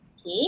Okay